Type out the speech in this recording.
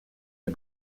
mes